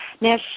Now